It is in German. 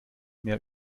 mehr